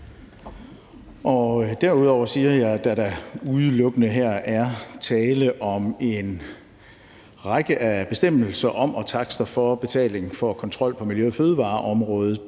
Derudover vil jeg sige, at da der her udelukkende er tale om en række bestemmelser om og takster for betaling for kontrol på miljø- og fødevareområdet,